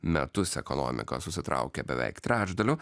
metus ekonomika susitraukė beveik trečdaliu